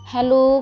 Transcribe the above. Hello